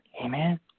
Amen